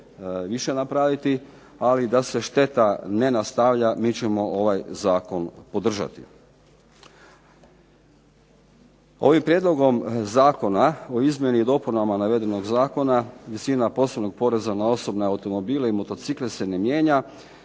više napraviti, ali da se šteta ne nastavlja mi ćemo ovaj Zakon podržati. Ovim Prijedlogom zakona o izmjenama i dopuni navedenog zakona visina posebnog poreza na osobne automobile i motocikle se ne mijenja,